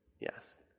Yes